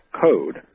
code